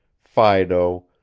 fido,